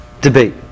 debate